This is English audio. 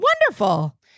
Wonderful